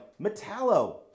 Metallo